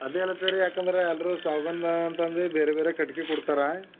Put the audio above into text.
ಅದೆ ಅಲ್ಲತದ ರೀ ಯಾಕಂದ್ರೆ ಎಲ್ಲರು ಸಾಗ್ವಾನ್ದ ಅಂತಂದು ಬೇರೆ ಬೇರೆ ಕಟ್ಗಿ ಕೊಡ್ತರ